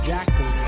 Jackson